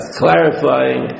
clarifying